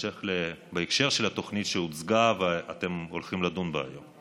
בהקשר של התוכנית שהוצגה ואתם הולכים לדון בה היום.